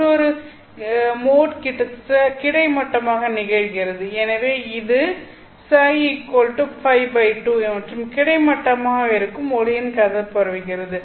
மற்றொரு மோட் கிட்டத்தட்ட கிடைமட்டமாக நிகழ்கிறது எனவே இது φpi2 மற்றும் கிடைமட்டமாக இருக்கும் ஒளியின் கதிர் பரவுகிறது